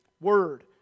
Word